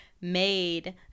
made